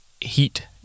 heat